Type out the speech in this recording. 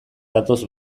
datoz